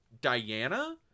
Diana